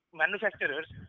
manufacturers